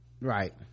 Right